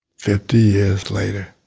fifty years later,